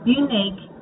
unique